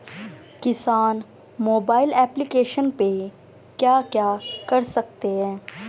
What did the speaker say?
किसान mobile application पे क्या क्या कर सकते हैं?